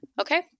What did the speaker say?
okay